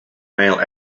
male